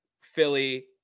Philly